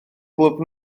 glwb